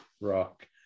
rock